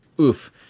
Oof